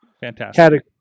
fantastic